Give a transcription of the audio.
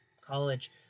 college